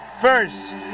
first